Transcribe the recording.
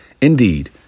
Indeed